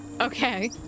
Okay